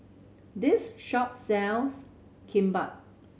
this shop sells Kimbap